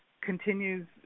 continues